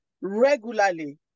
regularly